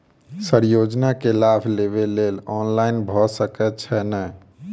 Sir योजना केँ लाभ लेबऽ लेल ऑनलाइन भऽ सकै छै नै?